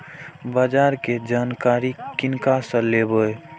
बाजार कै जानकारी किनका से लेवे?